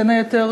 בין היתר,